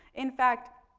in fact,